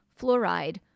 fluoride